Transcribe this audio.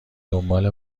دنبال